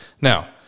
Now